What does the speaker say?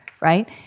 right